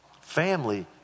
Family